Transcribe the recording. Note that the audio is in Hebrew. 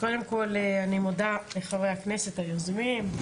קודם כל אני מודה לחברי הכנסת היוזמים,